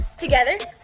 together.